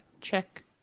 check